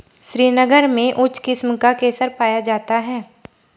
श्रीनगर में उच्च किस्म का केसर पाया जाता है